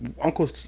Uncle